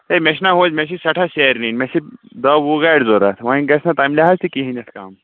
ہے مےٚ چھِنہ وٕنۍ مےٚ چھِ سٮ۪ٹھاہ سیرِ نِنۍ مےٚ چھِ دَہ وُہ گاڑِ ضوٚرَتھ وۄنۍ گژھِ نہ تَمہِ لِہاذ تہِ کِہیٖنۍ یَتھ کَم